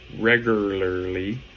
regularly